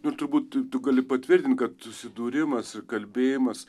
nu ir turbūt tu gali patvirtint kad susidūrimas ir kalbėjimas